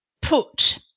put